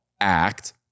act